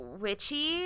witchy